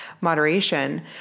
moderation